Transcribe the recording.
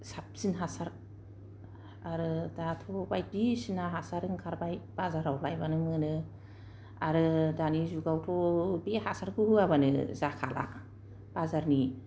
साबसिन हासार आरो दाथ' बायदिसिना हासार ओंखारबाय बाजाराव बायबानो मोनो आरो दानि जुगावथ' बे हासारखौ होआबानो जाखाला बाजारनि